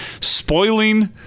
spoiling